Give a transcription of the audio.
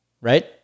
right